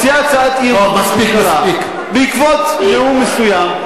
מציעה הצעת אי-אמון בעקבות נאום מסוים,